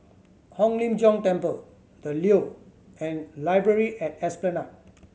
Hong Lim Jiong Temple The Leo and Library at Esplanade